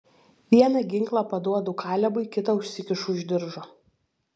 vieną ginklą paduodu kalebui kitą užsikišu už diržo